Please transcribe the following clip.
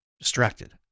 Distracted